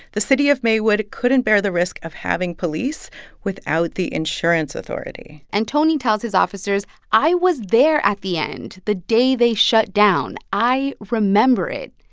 the city of maywood couldn't bear the risk of having police without the insurance authority and tony tells his officers, i was there at the end the day they shut down. i remember it.